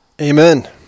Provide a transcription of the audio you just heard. Amen